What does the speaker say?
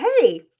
hey